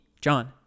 John